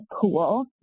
cool